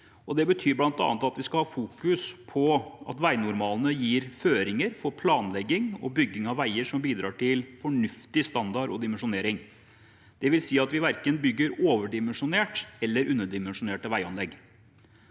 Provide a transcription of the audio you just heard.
Det betyr bl.a. at vi skal fokusere på at veinormalene gir føringer for planlegging og bygging av veier som bidrar til fornuftig standard og dimensjonering. Det vil si at vi verken bygger overdimensjonerte eller underdimensjonerte veianlegg.